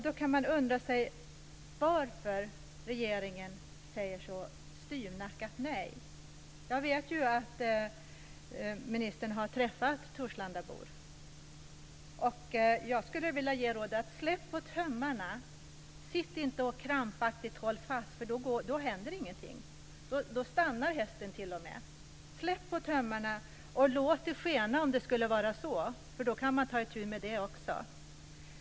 Då kan man fråga sig varför regeringen säger så styvnackat nej. Jag vet ju att ministern har träffat torslandabor, och jag skulle vilja ge rådet: Släpp på tömmarna! Sitt inte och håll krampaktigt fast, för då händer ingenting! Då stannar hästen till och med. Släpp på tömmarna, och låt det skena om det skulle vara så, för då kan man ta itu med det också.